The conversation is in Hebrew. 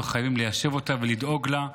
וחייבים ליישב אותה ולדאוג לה,